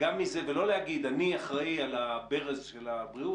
ולא להגיד אני אחראי על הברז של הבריאות